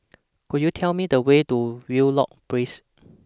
Could YOU Tell Me The Way to Wheelock Place